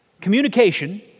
Communication